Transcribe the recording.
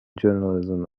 journalism